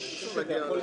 ב-10:00.